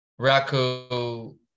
Raku